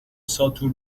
ساتور